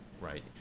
right